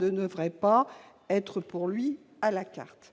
ne devrait pas être pour lui à la carte.